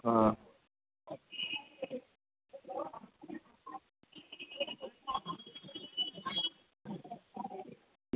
હ